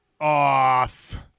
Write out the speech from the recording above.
off